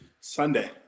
Sunday